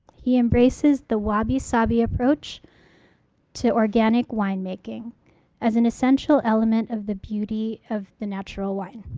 he embraces the wabi-sabi approach to organic winemaking as an essential element of the beauty of the natural wine.